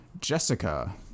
Jessica